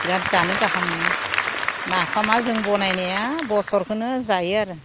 बिरात जानो गाहाम मोनो नाफामा जों बानायनाया बोसोरखौनो जायो आरो